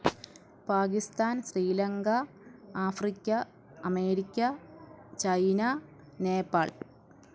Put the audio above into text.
Pakistan Sri Lanka Africa America China Nepal